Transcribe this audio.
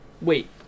Wait